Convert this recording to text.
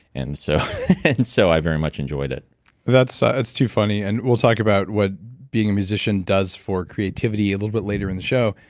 and so and so i very much enjoyed it that's ah that's too funny. and we'll talk about what being a musician does for creativity a little bit later in the show.